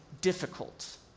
difficult